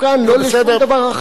לא שום דבר אחד.